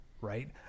right